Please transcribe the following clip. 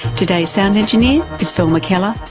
today's sound engineer is phil mckellar.